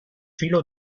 filo